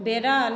বেড়াল